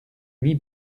mis